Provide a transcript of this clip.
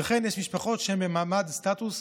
וכן יש משפחות שהן במעמד, סטטוס,